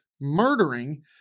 murdering